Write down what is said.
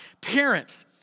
Parents